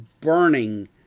burning